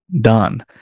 done